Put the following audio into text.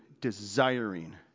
desiring